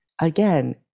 again